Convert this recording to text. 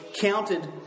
counted